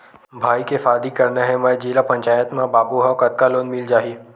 भाई के शादी करना हे मैं जिला पंचायत मा बाबू हाव कतका लोन मिल जाही?